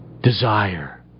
desire